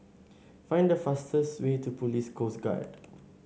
find the fastest way to Police Coast Guard